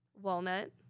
Walnut